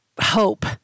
Hope